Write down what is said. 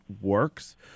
works